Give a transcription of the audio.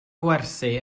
gwersi